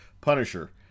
Punisher